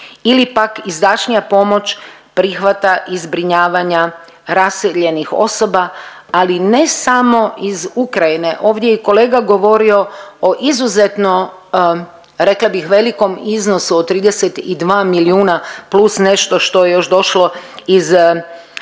ili pak izdašnija pomoć prihvata i zbrinjavanja raseljenih osoba, ali ne samo iz Ukrajine. Ovdje je i kolega govorio o izuzetno rekla bih velikom iznosu od 32 milijuna plus nešto što je došlo iz Fonda